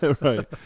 right